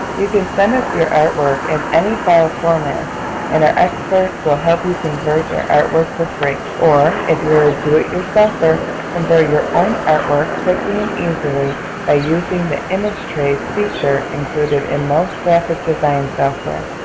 you can send us your artwork in any file format and our experts will help you convert your artwork, for free or if your a do it your-self-er convert your own artwork quickly and easily by using the image trace feature included in most graphic design software.